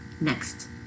next